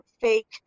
fake